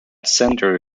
center